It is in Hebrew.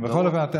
בכל מקרה,